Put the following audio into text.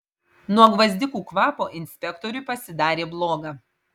nuo gvazdikų kvapo inspektoriui pasidarė bloga